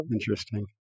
Interesting